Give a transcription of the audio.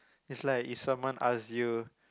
is like if someone ask you